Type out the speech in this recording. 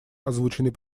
озвученный